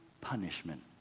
punishment